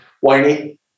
whiny